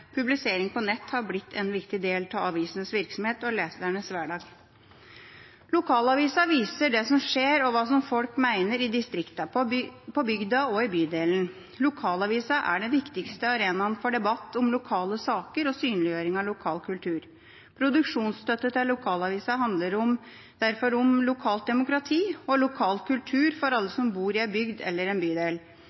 publisering på nett har blitt en viktig del av avisenes virksomhet og lesernes hverdag. Lokalavisa viser det som skjer, og hva folk mener i distriktene, på bygda og i bydelen. Lokalavisa er den viktigste arenaen for debatt om lokale saker og synliggjøring av lokal kultur. Produksjonsstøtte til lokalavisene handler derfor om lokalt demokrati og lokal kultur for alle som bor i ei bygd eller en bydel.